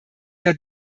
der